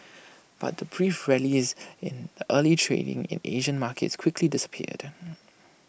but the brief rallies in early trading in Asian markets quickly disappeared